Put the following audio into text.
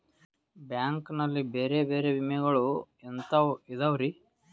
Bank ನಲ್ಲಿ ಬೇರೆ ಬೇರೆ ವಿಮೆಗಳು ಎಂತವ್ ಇದವ್ರಿ?